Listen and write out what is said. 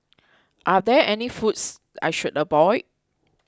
are there any foods I should avoid